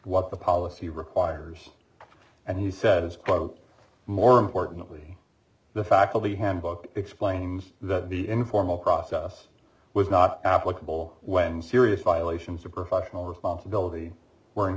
what the policy requires and he said it's quote more importantly the faculty handbook explains that the informal process was not applicable when serious violations of professional responsibility we